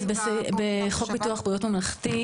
אז בחוק ביטוח בריאות ממלכתי,